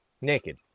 Naked